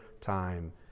time